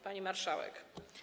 Pani Marszałek!